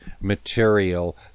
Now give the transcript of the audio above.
material